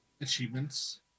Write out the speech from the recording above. achievements